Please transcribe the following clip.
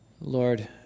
Lord